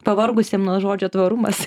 pavargusiem nuo žodžio tvarumas